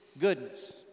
goodness